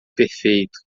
perfeito